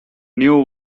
new